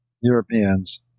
Europeans